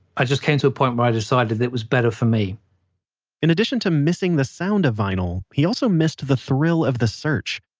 i just came to a point where i decided it was better for me in addition to missing the sound of vinyl, he missed the thrill of the search.